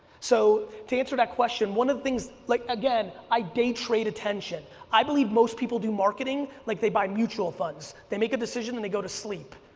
so, to answer that question, one of the things, like, again, i day trade attention. i believe most people do marketing like they buy mutual funds, they make a decision and then they go to sleep.